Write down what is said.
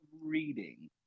reading